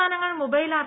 സംസ്ഥാനങ്ങൾ mobile R